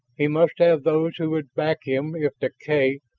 he must have those who would back him if deklay,